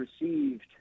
received